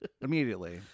Immediately